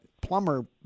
Plumber